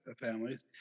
families